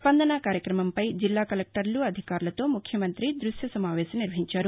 స్పందన కార్యక్రమంపై జిల్లా కలెక్టర్లు అధికారులతో ముఖ్యమంత్రి ద్భశ్య సమావేశం నిర్వహించారు